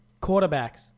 quarterbacks